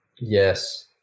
Yes